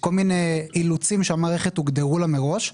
כל מיני אילוצים שהמערכת הוגדרה לה מראש.